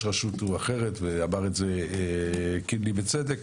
רשות עובד אחרת ואמר את זה קינלי בצדק.